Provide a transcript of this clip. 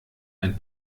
ein